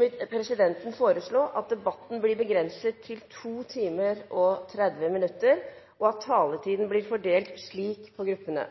vil presidenten foreslå at debatten blir begrenset til 2 timer og 30 minutter, og at taletiden blir fordelt slik på gruppene: